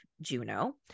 Juno